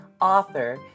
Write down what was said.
author